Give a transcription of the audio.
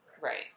Right